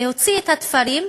הוצאת התפרים.